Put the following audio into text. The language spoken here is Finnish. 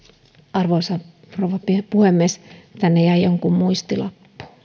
arvoisa rouva puhemies tänne jäi jonkun muistilappu